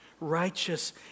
Righteous